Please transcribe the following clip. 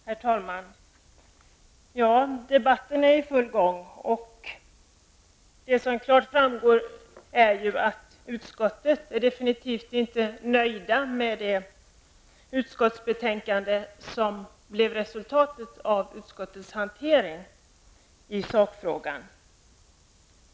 Herr talman! Debatten är i full gång. Vad som klart framgår är att utskottet definitivt inte är nöjt med det betänkande som har blivit resultatet av utskottets hantering av sakfrågan.